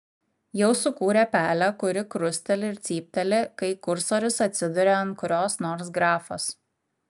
jau sukūrė pelę kuri krusteli ir cypteli kai kursorius atsiduria ant kurios nors grafos